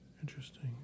Interesting